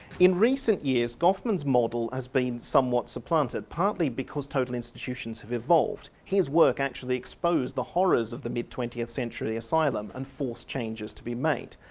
in recent years, goffman's model has been somewhat supplanted, partly because total institutions have evolved. his work actually exposed the horrors of the mid twentieth century asylum and forced changes to be made.